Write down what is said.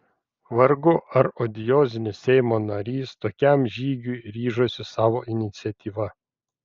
vargu ar odiozinis seimo narys tokiam žygiui ryžosi savo iniciatyva